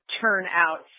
turnout